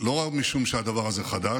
לא רק משום שהדבר הזה חדש,